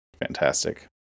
fantastic